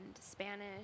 Spanish